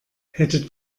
hätte